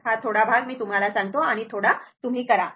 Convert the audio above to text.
हा थोडा भाग मी तुम्हाला सांगतो आणि थोडा तुम्ही करा